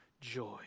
joy